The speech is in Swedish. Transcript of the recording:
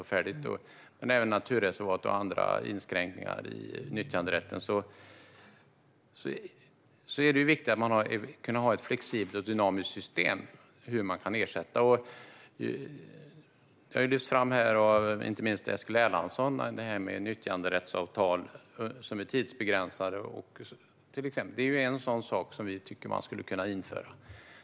Men när det gäller naturreservat och andra inskränkningar i nyttjanderätten är det viktigt med ett flexibelt och dynamiskt system för ersättning. Eskil Erlandsson tog ju upp tidsbegränsade nyttjanderättsavtal, och det är något som vi tycker att man borde kunna införa.